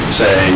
say